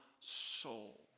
soul